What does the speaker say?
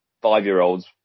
five-year-olds